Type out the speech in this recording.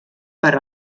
per